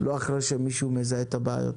לא אחרי שמישהו מזהה את הבעיות.